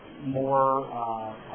more